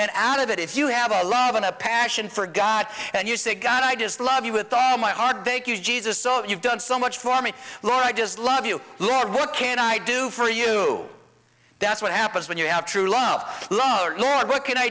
and out of it if you have a love and a passion for god and you say god i just love you with all my heart thank you jesus so you've done so much for me laura i just love you lord what can i do for you that's what happens when you have true love love the lord what can i